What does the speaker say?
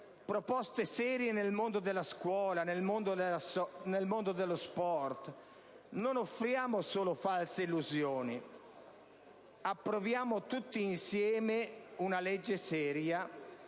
proposte serie nel mondo della scuola e nel mondo dello sport. Non offriamo solo false illusioni. Approviamo tutti insieme un provvedimento